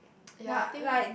ya I think